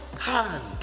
hand